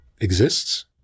exists